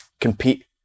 compete